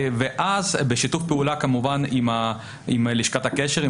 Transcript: ובשיתוף פעולה כמובן עם לשכת הקשר,